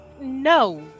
No